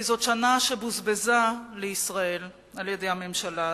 כי זאת שנה שבוזבזה לישראל על-ידי הממשלה הזאת.